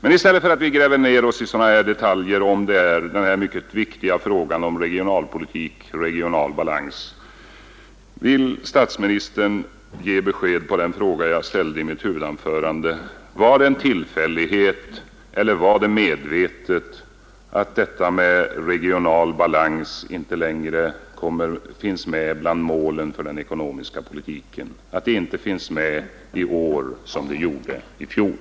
I stället för att vi nu gräver ned oss i detaljer om den mycket viktiga regionalpolitiken och om regional balans skulle jag vilja be statsministern ge besked på den fråga jag ställde i mitt huvudanförande: Är det en tillfällighet eller är det medvetet att frågan om regional balans inte längre finns med bland målen för den ekonomiska politiken i år som den gjorde i fjol?